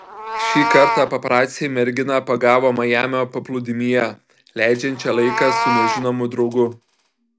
šį kartą paparaciai merginą pagavo majamio paplūdimyje leidžiančią laiką su nežinomu draugu